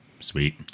Sweet